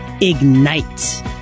Ignite